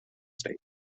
state